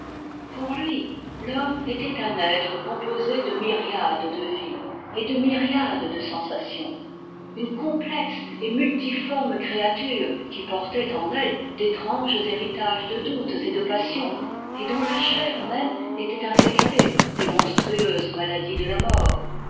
pour lui l'homme était un être composé de myriades de vies et de myriades de sensations une complexe et multiforme créature qui portait en elle d'étranges héritages de doutes et de passions et dont la chair même était infectée des monstrueuses maladies de la mort